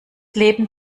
leben